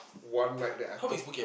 one night that I told